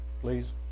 please